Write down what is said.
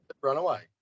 Runaway